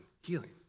healing